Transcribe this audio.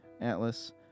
Atlas